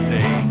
Day